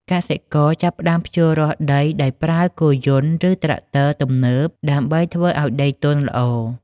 កសិករចាប់ផ្តើមភ្ជួររាស់ដីដោយប្រើគោយន្តឬត្រាក់ទ័រទំនើបដើម្បីធ្វើឱ្យដីទន់ល្អ។